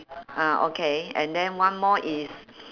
ah okay and then one more is